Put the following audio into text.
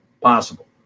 Possible